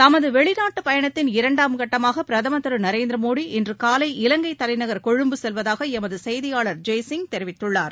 தமதுவெளிநாட்டுப் பயணத்தின் இரன்டாம் கட்டமாகபிரதமர் திருநரேந்திரமோடி இன்றுகாலை இலங்கைதலைநகர் கொழும்பு செல்வதாகஎமதுசெய்தியாளர் ஜெயசிங் தெரிவித்துள்ளார்